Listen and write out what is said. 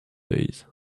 days